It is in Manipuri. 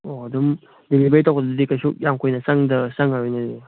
ꯑꯣ ꯑꯗꯨꯝ ꯗꯤꯂꯤꯚꯔꯤ ꯇꯧꯕꯗꯗꯤ ꯀꯩꯁꯨ ꯌꯥꯝ ꯀꯨꯏꯅ ꯆꯪꯉꯔꯣꯏꯅꯦ ꯑꯗꯨꯗꯤ